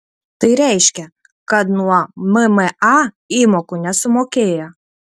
tai reiškia kad nuo mma įmokų nesumokėjo